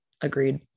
agreed